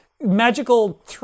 magical